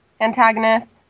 antagonist